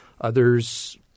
Others